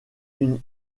une